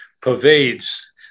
pervades